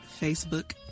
Facebook